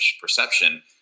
perception